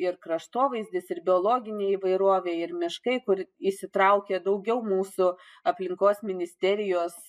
ir kraštovaizdis ir biologinė įvairovė ir miškai kur įsitraukė daugiau mūsų aplinkos ministerijos